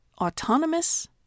autonomous